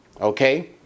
Okay